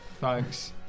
Thanks